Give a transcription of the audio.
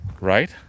right